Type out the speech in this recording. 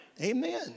amen